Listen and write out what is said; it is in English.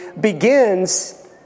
begins